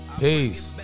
peace